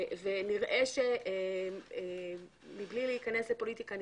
ונראה שבלי להיכנס לפוליטיקה,